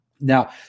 Now